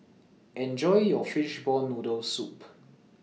Enjoy your Fishball Noodle Soup